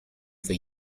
for